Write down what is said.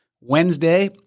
Wednesday